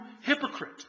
hypocrite